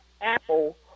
Apple